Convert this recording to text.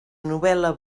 novel·la